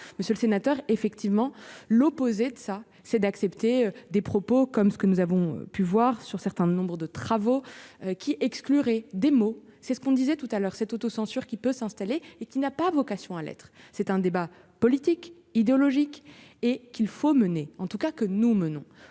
Monsieur le sénateur effectivement l'opposé de ça, c'est d'accepter des propos comme ceux que nous avons pu voir sur certains nombres de travaux qui exclurait des mots, c'est ce qu'on disait tout à l'heure cette autocensure qui peut s'installer et qui n'a pas vocation à l'être, c'est un débat politique, idéologique et qu'il faut mener en tout cas que nous menons,